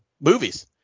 movies